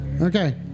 Okay